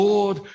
Lord